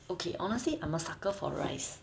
okay honestly I'm a sucker for rice